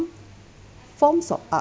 forms of art